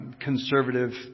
Conservative